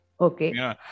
Okay